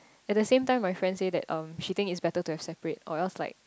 at the same time my friend say that um she think it's better to have separate or else like